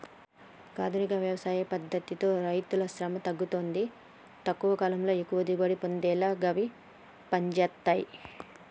ఆధునిక వ్యవసాయ పద్దతితో రైతుశ్రమ తగ్గుతుంది తక్కువ కాలంలో ఎక్కువ దిగుబడి పొందేలా గివి పంజేత్తయ్